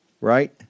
right